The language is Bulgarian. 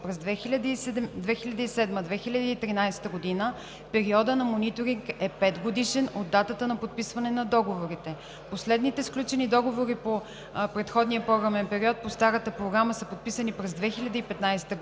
през 2007 – 2013 г., периодът на мониторинг е петгодишен от датата на подписване на договорите. Последните сключени договори по предходния програмен период, по старата програма са подписани през 2015 г.